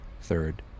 Third